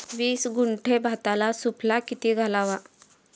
वीस गुंठे भाताला सुफला किती घालावा?